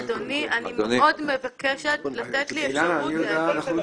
אדוני, אני מאוד מבקשת לתת לי אפשרות להגיב.